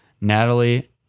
Natalie